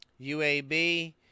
UAB